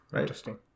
interesting